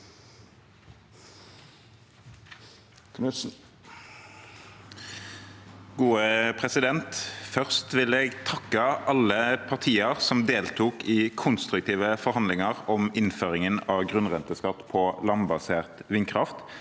for sakene): Først vil jeg takke alle partier som deltok i konstruktive forhandlinger om innføringen av grunnrenteskatt på landbasert vindkraft,